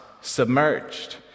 submerged